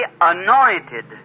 anointed